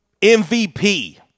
MVP